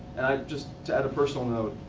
and i just, to add a personal note,